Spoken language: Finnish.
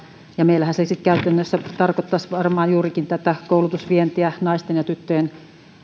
ja meillähän se sitten käytännössä tarkoittaisi varmaan juurikin tätä koulutusvientiä naisten ja tyttöjen